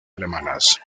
alemanas